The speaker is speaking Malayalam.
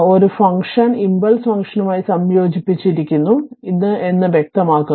ഒരു ഫംഗ്ഷൻ ഇംപൾസ് ഫംഗ്ഷനുമായി സംയോജിപ്പിച്ചിരിക്കുന്നു എന്ന് ഇത് വ്യക്തമാക്കുന്നു